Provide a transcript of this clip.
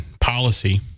policy